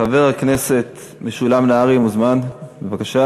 חבר הכנסת משולם נהרי מוזמן, בבקשה.